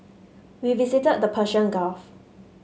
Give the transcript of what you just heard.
we visited the Persian Gulf